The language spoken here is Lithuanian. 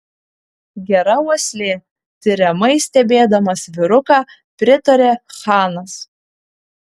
gera uoslė tiriamai stebėdamas vyruką pritarė chanas